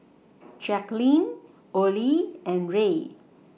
Jacquline Olie and Rae